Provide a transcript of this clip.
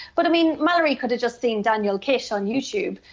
but i mean malorie could have just seen daniel kish on youtube,